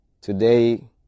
Today